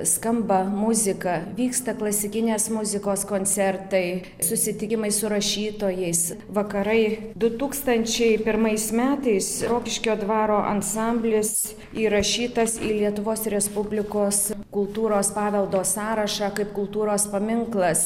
skamba muzika vyksta klasikinės muzikos koncertai susitikimai su rašytojais vakarai du tūkstančiai pirmais metais rokiškio dvaro ansamblis įrašytas į lietuvos respublikos kultūros paveldo sąrašą kaip kultūros paminklas